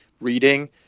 reading